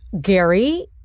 Gary